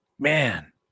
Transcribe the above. Man